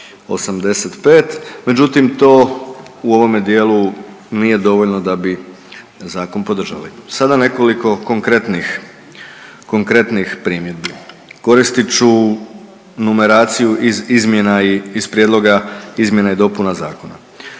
međutim, to u ovome dijelu nije dovoljno da bi Zakon podržali. Sada nekoliko konkretnih primjedbi. Koristit ću numeraciju iz izmjena i iz prijedloga izmjena i dopuna zakona.